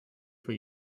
for